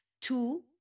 Two